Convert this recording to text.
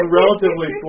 relatively